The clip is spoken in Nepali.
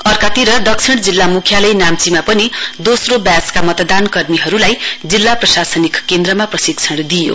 अर्कातिर दक्षिण जिल्ला मुख्यालय नाम्ची पनि दोस्रो ब्याचका मतदान कर्मीहरुलाई जिल्ला प्रशासनिक केन्द्रमा प्रशिक्षण दिइयो